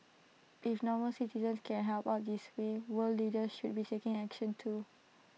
if normal citizens can help out this way world leaders should be taking action too